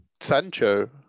Sancho